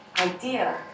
idea